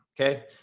Okay